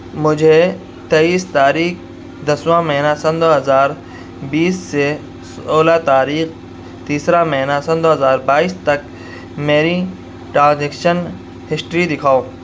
مجھے تیئس تاریخ دسواں مہینہ سن دو ہزار بیس سے سولہ تاریخ تیسرا مہینہ سن دو ہزار بائیس تک میری ٹراںزیکشن ہشٹری دکھاؤ